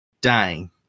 dying